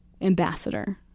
ambassador